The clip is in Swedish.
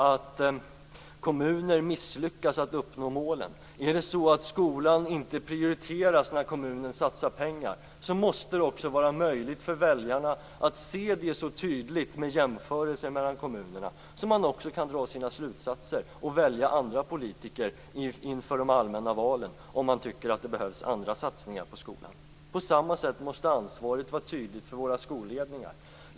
Om kommuner misslyckas med att uppnå målen och om skolan inte prioriteras när kommunen satsar pengar måste det vara möjligt för väljarna att tydligt se det vid jämförelser mellan kommunerna så att de kan dra sina slutsatser och välja andra politiker i samband med de allmänna valen om de tycker att det behövs andra satsningar på skolan. På samma sätt måste ansvaret vara tydligt för våra skolledningar.